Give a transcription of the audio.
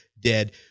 dead